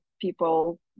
people